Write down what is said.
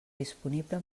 disponible